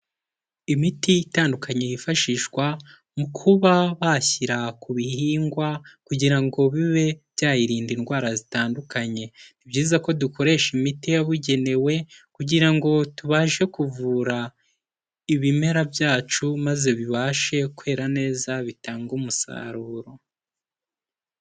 Imiti itandukanye yifashishwa mu kuba bashyira ku bihingwa kugira ngo bibe byayirinda indwara zitandukanye, ni byiza ko dukoresha imiti yabugenewe kugira ngo tubashe kuvura ibimera byacu maze bibashe kwera neza bitange umusaruro.